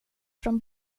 från